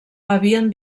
havien